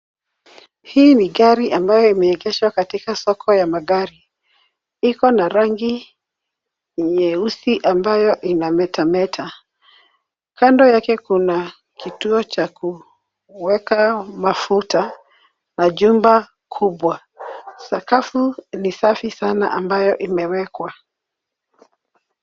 Hii ni gari ambayo imeegeshwa katika soko ya magari. Iko na rangi nyeusi ambayo inametameta. Kando yake kuna kituo cha kuweka mafuta na jumba kubwa. Sakafu ni safi sana ambayo imewekwa.